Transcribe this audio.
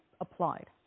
applied